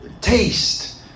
taste